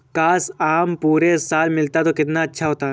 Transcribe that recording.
काश, आम पूरे साल मिलता तो कितना अच्छा होता